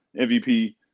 MVP